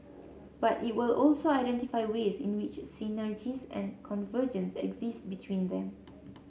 but it will also identify ways in which synergies and convergences exist between them